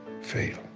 fail